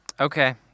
Okay